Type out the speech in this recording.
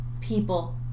people